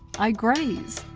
i graze.